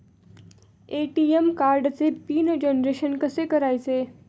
ATM कार्डचे pin generation कसे करायचे?